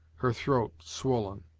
her throat swollen.